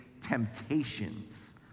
temptations